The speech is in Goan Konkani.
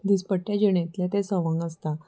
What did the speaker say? दिसपट्ट्या जिणेंतलें तें सवंग आसता